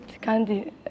Candy